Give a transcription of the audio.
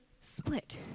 split